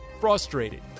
frustrated